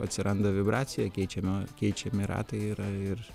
atsiranda vibracija keičiama keičiami ratai yra ir